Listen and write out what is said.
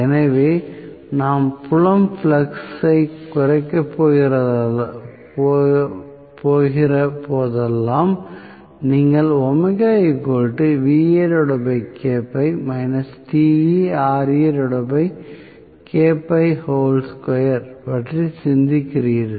எனவே நான் புலம் ஃப்ளக்ஸ் ஐ குறைக்கப் போகிற போதெல்லாம் நீங்கள் பற்றி சிந்திக்கிறீர்கள்